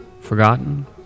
Forgotten